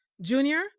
Junior